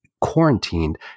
quarantined